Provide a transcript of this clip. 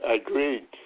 Agreed